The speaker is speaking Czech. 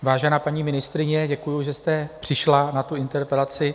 Vážená paní ministryně, děkuji, že jste přišla na tu interpelaci.